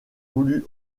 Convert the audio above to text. voulu